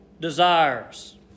desires